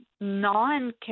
non